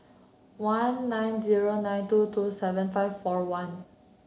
one nine zero nine two two seven five four one